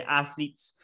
athletes